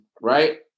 right